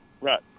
right